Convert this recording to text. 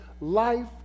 life